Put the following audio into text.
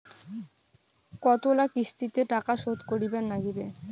কতোলা কিস্তিতে টাকা শোধ করিবার নাগীবে?